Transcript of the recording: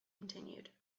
continued